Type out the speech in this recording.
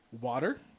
Water